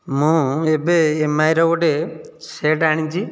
ମୁଁ ଏବେ ଏମ୍ଆଇର ଗୋଟିଏ ସେଟ୍ ଆଣିଛି